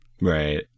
Right